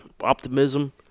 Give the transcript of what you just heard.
optimism